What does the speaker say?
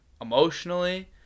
emotionally